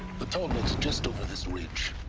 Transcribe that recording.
the tallneck's just over this ridge